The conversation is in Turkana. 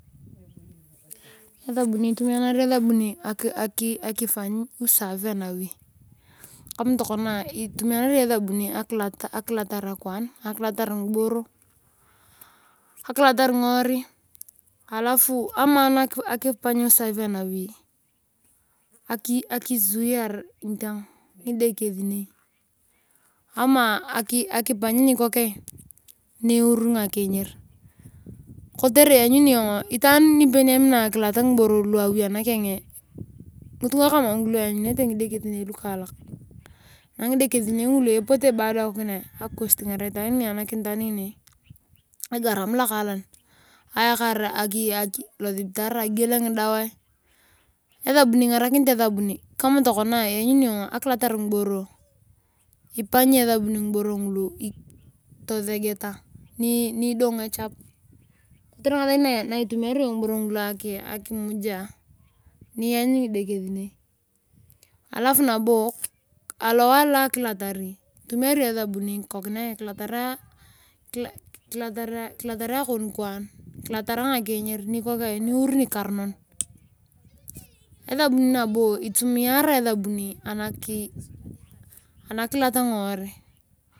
Itumiamianar esabuni akipany usaafi anawi kama tokona humiari iyong esabuni akilatar akwaan. ngiboro. akilatar nfguorui alafu amaan akipany usafi anawi akisuhar ngidekesinei ama niur ngakinyir kolere itaan nipenyemina akilat ngiboro lu awi anakeng. ngitunga kama ngulu enyunete ngidekesinei lukaalak. ngiderekisenei ngulu potu kunut iyone egaram lokaalan ayakar losibitar akigiel ngidawae. Kama tokona arulat ngiboro ipanyi esabuni ngiboro ngulu tosegeta numin echapi. Kotere itumia iyong ngiboro ngulu akinyaeniany ngide kesinei alaf nabo alowae alokulatara humaini iyong esabuni kilataria akon kwaan kilatarea ngakinyir niuy niaronon esabuni nabo itumiara anakilat nguorui.